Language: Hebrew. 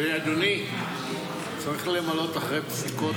אדוני, צריך למלא אחר פסיקות